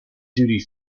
duty